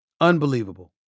Unbelievable